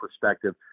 perspective